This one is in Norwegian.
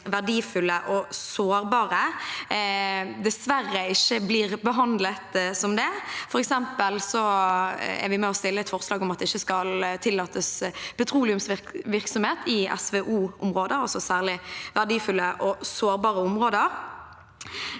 verdifulle og sårbare, dessverre ikke blir behandlet som det. For eksempel er vi med på å stille et forslag om at det ikke skal tillates petroleumsvirksomhet i SVO-områder, altså særlig verdifulle og sårbare områder.